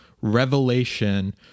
revelation